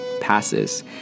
passes